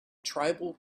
tribal